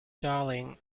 darling